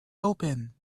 open